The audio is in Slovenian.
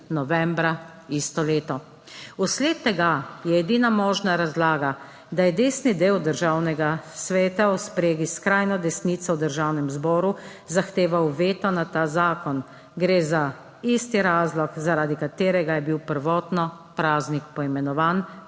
novembra isto leto. Vsled tega je edina možna razlaga, da je desni del Državnega sveta v spregi s skrajno desnico v Državnem zboru zahteval veto na ta zakon – gre za isti razlog, zaradi katerega je bil prvotno praznik poimenovan,